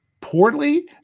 poorly